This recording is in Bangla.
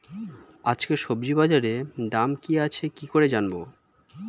আজকে সবজি বাজারে দাম কি আছে কি করে জানবো?